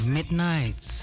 Midnight